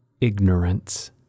ignorance